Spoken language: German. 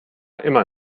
immer